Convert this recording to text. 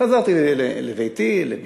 חזרתי לביתי, למשפחתי,